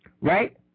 right